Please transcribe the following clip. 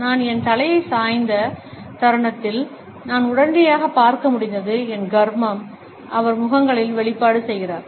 நான் என் தலையை சாய்ந்த தருணத்தில் நான் உடனடியாக பார்க்க முடிந்தது என்ன கர்மம் அவர் முகங்களில் வெளிப்பாடு செய்கிறார்